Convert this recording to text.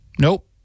Nope